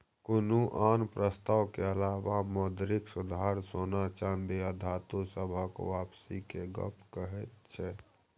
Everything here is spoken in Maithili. कुनु आन प्रस्ताव के अलावा मौद्रिक सुधार सोना चांदी आ धातु सबहक वापसी के गप कहैत छै